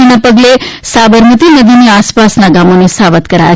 જેના પગલે સાબરમતી નદીના આસપાસના ગામોને સાવધ કરાવ્યા